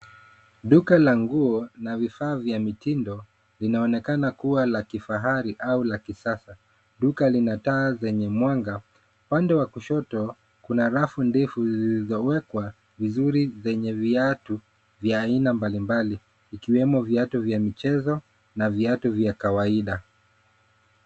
Duka la nguo na vifaa vya mitindo, vinaonekana kuwa la kifahari au la kisasa. Duka lina taa zenye mwanga. Upande wa kushoto, kuna rafu ndefu zilizowekwa vizuri zenye viatu vya aina mbalimbali ikiwemo viatu vya michezo na viatu vya kawaida.